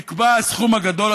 נקבע הסכום הגדול,